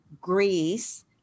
Greece